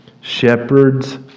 Shepherds